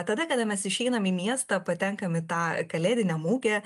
tada kada mes išeinam į miestą patenkam į tą kalėdinę mugę